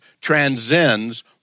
transcends